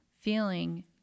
feeling